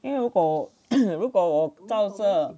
因为如果如果我照着